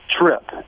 trip